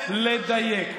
לדייק.